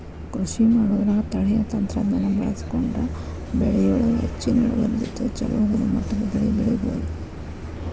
ಕೃಷಿಮಾಡೋದ್ರಾಗ ತಳೇಯ ತಂತ್ರಜ್ಞಾನ ಬಳಸ್ಕೊಂಡ್ರ ಬೆಳಿಯೊಳಗ ಹೆಚ್ಚಿನ ಇಳುವರಿ ಜೊತೆಗೆ ಚೊಲೋ ಗುಣಮಟ್ಟದ ಬೆಳಿ ಬೆಳಿಬೊದು